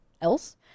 else